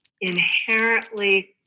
inherently